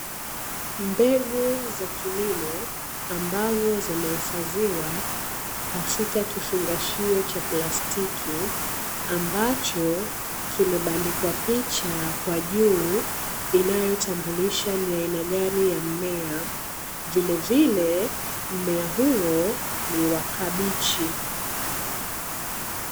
Mbegu za kilimo ambazo zimehifadhiwa katika kifungashio cha plastiki, ambacho kimebandikwa picha kwa juu inayotambulisha ni aina gani ya mmea. Vilevile mmea huo ni wa kabichi.